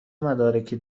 مدارکی